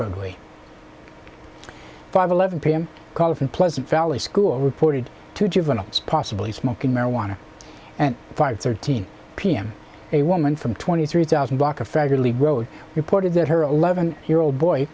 roadway five eleven pm call from pleasant valley school reported two juveniles possibly smoking marijuana and five thirteen pm a woman from twenty three thousand block of federally road reported that her eleven year old boy